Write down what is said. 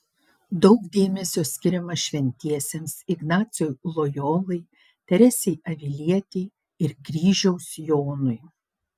daug dėmesio skiriama šventiesiems ignacui lojolai teresei avilietei ir kryžiaus jonui